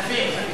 כספים.